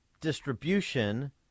distribution